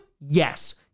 Yes